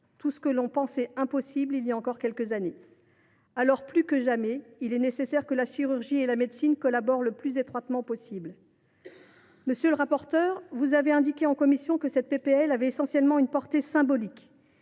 tout ce que l’on pensait impossible voilà encore quelques années. Alors, plus que jamais, il est nécessaire que la chirurgie et la médecine collaborent le plus étroitement possible. Monsieur le rapporteur, vous avez indiqué en commission que cette proposition de loi avait essentiellement une portée symbolique.